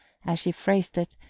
as she phrased it,